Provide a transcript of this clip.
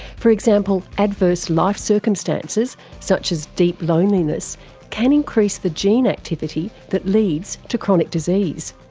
for example, adverse life circumstances such as deep loneliness can increase the gene activity that leads to chronic disease,